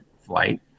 flight